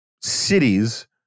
cities